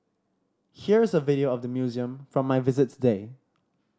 here is a video of the museum from my visit today